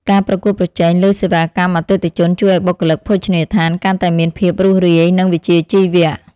ការប្រកួតប្រជែងលើសេវាកម្មអតិថិជន ជួយឱ្យបុគ្គលិកភោជនីយដ្ឋានកាន់តែមានភាពរួសរាយនិងវិជ្ជាជីវៈ។